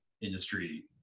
industry